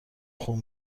خون